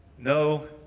no